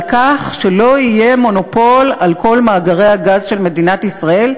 כך שלא יהיה מונופול על כל מאגרי הגז של מדינת ישראל,